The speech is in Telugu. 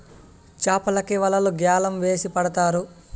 చాపలకి వలలు గ్యాలం వేసి పడతారు